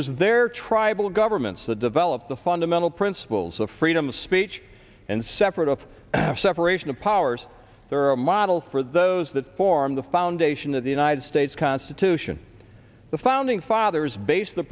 was their tribal governments that developed the fundamental principles of freedom of speech and separate of separation of powers there are a model for those that form the foundation of the united states constitution the founding fathers based the